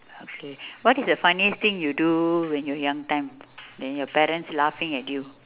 okay what is the funniest thing you do when you're young time and your parents laughing at you